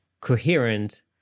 coherent